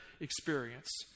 experience